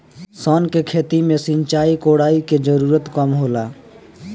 सन के खेती में सिंचाई, कोड़ाई के जरूरत कम होला